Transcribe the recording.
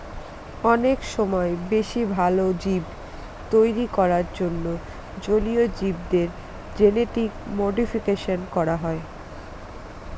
অনেক সময় বেশি ভালো জীব তৈরী করার জন্য জলীয় জীবদের জেনেটিক মডিফিকেশন করা হয়